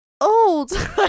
old